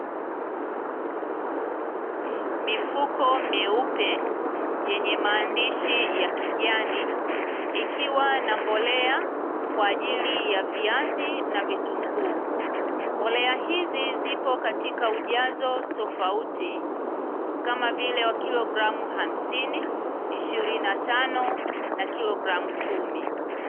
Mifuko meupe yenye maandishi ya kijani ikiwa na mbolea ya kwaajili ya viazi na vitunguu. Mbolea hizi zipo katika ujazo tofauti kama vile wa kilogramu 50, 25 na kilogramu 10.